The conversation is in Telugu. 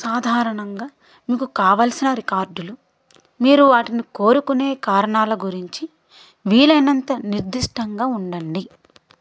సాధారణంగా మీకు కావల్సిన రికార్డులు మీరు వాటిని కోరుకునే కారణాల గురించి వీలైనంత నిర్దిష్టంగా ఉండండి